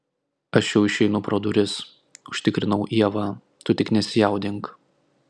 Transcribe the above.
aš jau išeinu pro duris užtikrinau ievą tu tik nesijaudink